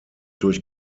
durch